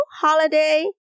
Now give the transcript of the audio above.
holiday